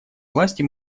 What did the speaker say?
власти